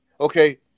okay